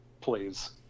please